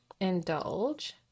indulge